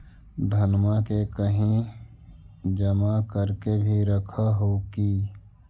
धनमा के कहिं जमा कर के भी रख हू की?